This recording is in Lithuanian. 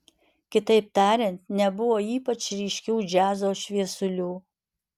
kitaip tariant nebuvo ypač ryškių džiazo šviesulių